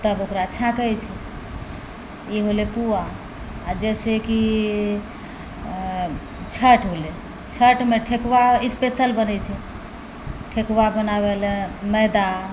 तब ओकरा छाँकै छै ई भेलै पुआ आओर जैसे कि छठ भेलै छठमे ठेकुआ स्पेशल बनै छै ठेकुआ बनाबै लेल मैदा